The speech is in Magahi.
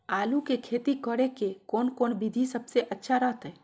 आलू की खेती करें के कौन कौन विधि सबसे अच्छा रहतय?